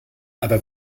aber